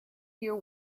your